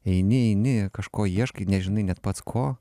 eini eini kažko ieškai nežinai net pats ko